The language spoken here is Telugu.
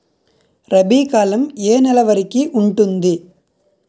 రబీ కాలం ఏ ఏ నెల వరికి ఉంటుంది?